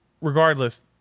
regardless